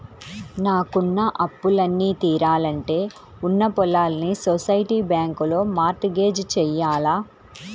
నాకున్న అప్పులన్నీ తీరాలంటే ఉన్న పొలాల్ని సొసైటీ బ్యాంకులో మార్ట్ గేజ్ జెయ్యాల